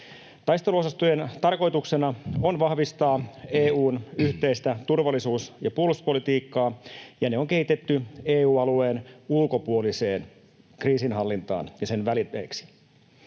Taisteluosastojen tarkoituksena on vahvistaa EU:n yhteistä turvallisuus- ja puolustuspolitiikkaa, ja ne on kehitetty EU-alueen ulkopuoliseen kriisinhallintaan ja sen välineeksi.